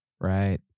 Right